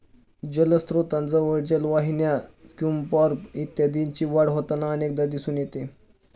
जलस्त्रोतांजवळ जलवाहिन्या, क्युम्पॉर्ब इत्यादींची वाढ होताना अनेकदा दिसून येते